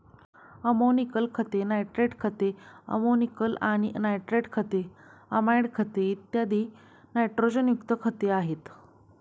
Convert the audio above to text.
ammoniacal खते, nitrate खते, ammoniacal आणि नायट्रेट खते, अमाइड खते, इत्यादी नायट्रोजनयुक्त खते आहेत